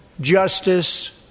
justice